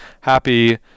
happy